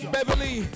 Beverly